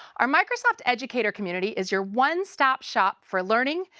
our microsoft educator community is your one-stop shop for learning,